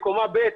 לקומה ב',